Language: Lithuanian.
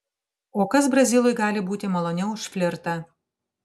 o kas brazilui gali būti maloniau už flirtą